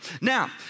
Now